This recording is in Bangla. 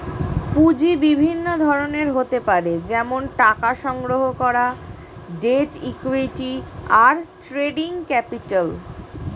পুঁজি বিভিন্ন ধরনের হতে পারে যেমন টাকা সংগ্রহণ করা, ডেট, ইক্যুইটি, আর ট্রেডিং ক্যাপিটাল